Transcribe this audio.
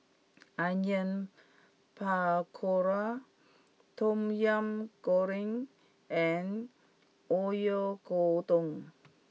Onion Pakora Tom Yam Goong and Oyakodon